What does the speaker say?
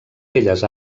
belles